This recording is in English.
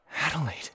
Adelaide